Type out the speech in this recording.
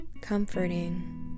comforting